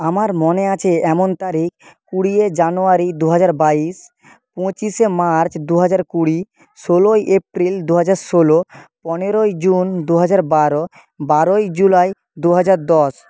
আমার মনে আছে এমন তারিখ কুড়ি জানুয়ারি দু হাজার বাইশ পঁচিশে মার্চ দু হাজার কুড়ি ষোলোই এপ্রিল দু হাজার ষোলো পনেরোই জুন দু হাজার বারো বারোই জুলাই দু হাজার দশ